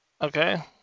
Okay